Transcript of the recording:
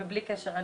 ובלי קשר.